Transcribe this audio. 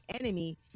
enemy